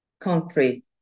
country